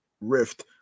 rift